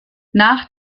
nach